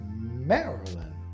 Maryland